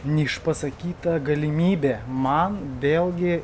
neišpasakyta galimybė man vėlgi